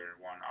one